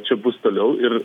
čia bus toliau ir